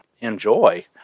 enjoy